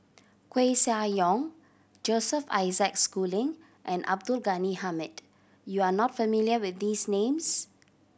Koeh Sia Yong Joseph Isaac Schooling and Abdul Ghani Hamid you are not familiar with these names